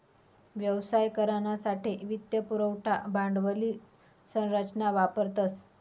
व्यवसाय करानासाठे वित्त पुरवठा भांडवली संरचना वापरतस